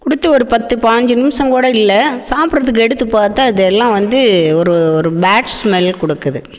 கொடுத்து ஒரு பத்து பாஞ்சு நிமிடம் கூட இல்லை சாப்பிட்றதுக்கு எடுத்து பார்த்தா அதெல்லாம் வந்து ஒரு ஒரு பேட் ஸ்மெல் கொடுக்குது